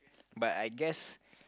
but I guess